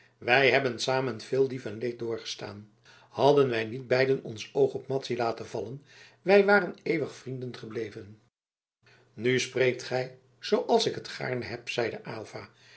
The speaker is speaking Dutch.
wij hebben samen veel lief en leed doorgestaan hadden wij niet beiden ons oog op madzy laten vallen wij waren eeuwig vrienden gebleven nu spreekt gij zooals ik het gaarne heb zeide aylva